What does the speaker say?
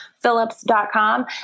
phillips.com